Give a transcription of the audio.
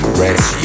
rest